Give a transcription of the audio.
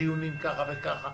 דיונים כך וכך,